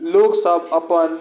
लोगसब अपन